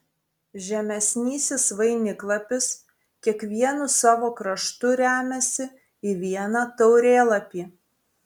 žemesnysis vainiklapis kiekvienu savo kraštu remiasi į vieną taurėlapį